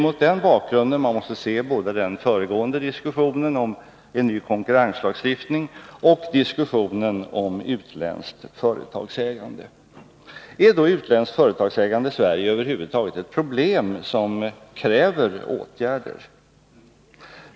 Mot den bakgrunden måste man se både den föregående diskussionen om en ny konkurrenslagstiftning och diskussionen om utländskt företagsägande. Är då utländskt företagsägande i Sverige över huvud taget ett problem som kräver åtgärder?